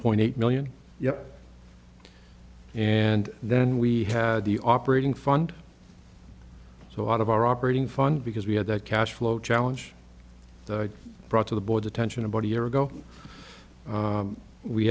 point eight million yeah and then we had the operating fund so out of our operating fund because we had that cash flow challenge brought to the board attention about a year ago